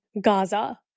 Gaza